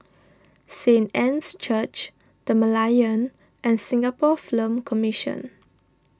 Saint Anne's Church the Merlion and Singapore Film Commission